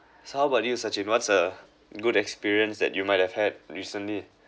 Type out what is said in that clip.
so how about you Sachin what's the good experience that you might have had recently